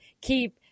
keep